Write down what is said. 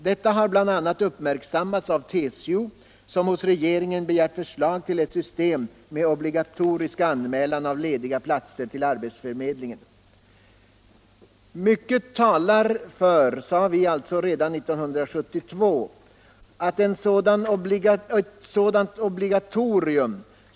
Detta har bl.a. uppmärksammats av TCO, som hos regerinen begärt förslag till ett system med obligatorisk anmälan av lediga platser till arbetsförmedlingen. Mycket talar för” — sade vi alltså redan 1972 —- ”ett sådant obligatorium.